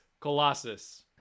Colossus